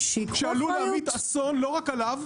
שעלול להמיט אסון לא רק עליו,